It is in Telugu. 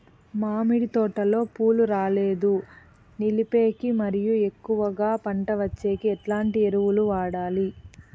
మామిడి తోటలో పూలు రాలేదు నిలిపేకి మరియు ఎక్కువగా పంట వచ్చేకి ఎట్లాంటి ఎరువులు వాడాలి?